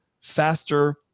faster